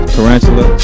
Tarantula